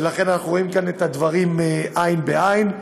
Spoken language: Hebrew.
ולכן אנחנו רואים כאן את הדברים עין בעין.